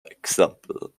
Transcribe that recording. example